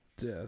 death